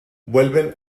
vuelven